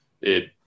It